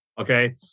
okay